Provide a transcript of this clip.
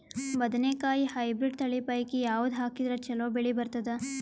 ಬದನೆಕಾಯಿ ಹೈಬ್ರಿಡ್ ತಳಿ ಪೈಕಿ ಯಾವದು ಹಾಕಿದರ ಚಲೋ ಬೆಳಿ ಬರತದ?